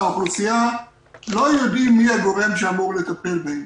האוכלוסייה לא יודעים מי הגורם שאמור לטפל בהם.